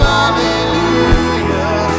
hallelujah